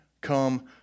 come